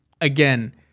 again